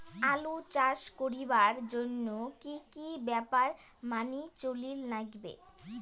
আলু চাষ করিবার জইন্যে কি কি ব্যাপার মানি চলির লাগবে?